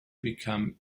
become